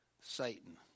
Satan